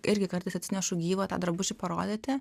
irgi kartais atsinešu gyvą tą drabužį parodyti